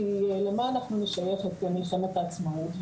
כי למה אנחנו נשייך את מלחמת העצמאות?